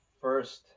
first